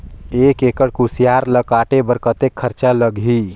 एक एकड़ कुसियार ल काटे बर कतेक खरचा लगही?